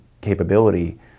capability